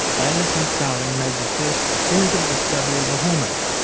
bayliss and starling made the first definitive discovery of a hormone,